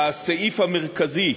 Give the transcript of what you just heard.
הסעיף המרכזי,